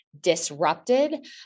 disrupted